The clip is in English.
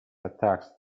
attacks